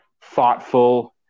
thoughtful